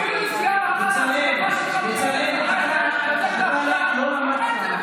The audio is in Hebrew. נותנים לך אפשרות לטהר את שמך,